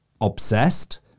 obsessed